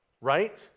Right